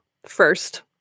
First